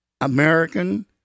American